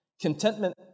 Contentment